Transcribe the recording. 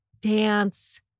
dance